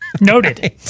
Noted